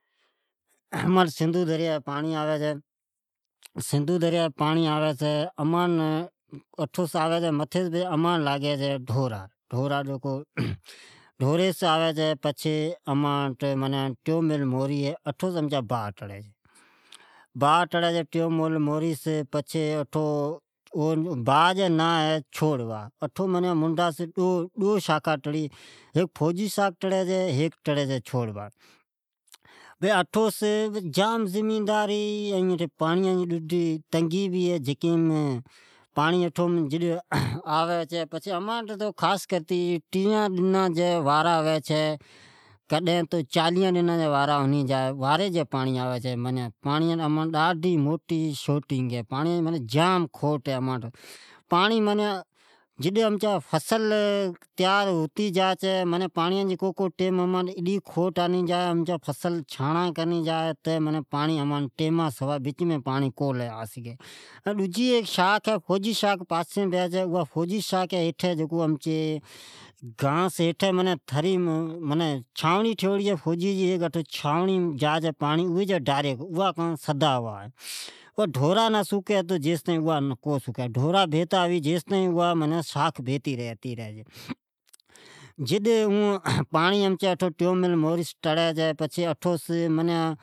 اماٹھ پانڑی سندھو ندی سی آوی چھے ۔امان پچھے ڈوریم آوی چھے ، ڈھوریس پچھے ٹیو میل موری اٹھوس امچا باھ ٹری چھے، ٹیومیل، باھ جے ناھ ھی چھور واھ، اٹھو ڈو ساکھا نکری چھے ھیک ھی فوجی ساکھ ڈجا ھی چھور واھ، پچھےاٹھون سون جام ڈجی زمیدا ذآوی چھےپاڑیان جی جام تیگی ھوی چھی، ائین اماٹھ پانڑی ٹئیان ڈنا سے آوی چھے یا تو چالیا ڈنا سی آوی چھے ، اماٹھ پانڑئا جی ڈادی تنگی ھی ، سوٹیج ھی کا تو امتھ جڈ فصل تیار ھعی چھی تو او چھاڑا کرنی جا چھے پر پانڑی کو ملی کا پانڑیا جی جام کمی ھے ، پچھے امان ٹائیمان سئ پیرین کو ملی ڈجی ھی فوجی ساکھ اواز سداواھ ھی جہستان ڈارانا سوکی تیستائین اوا کو سوکی۔